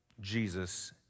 Jesus